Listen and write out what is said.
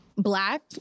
Black